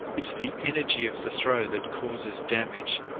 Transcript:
it's the energy of the throw that causes damage,